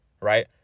Right